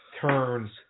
turns